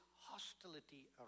hostility